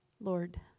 Lord